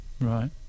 Right